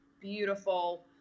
beautiful